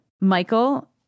Michael